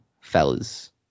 fellas